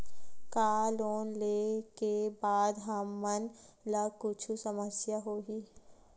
का लोन ले के बाद हमन ला कुछु समस्या होही?